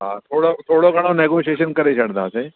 हा थोरो थोरो घणो नैगोशिएशन करे छॾींदासे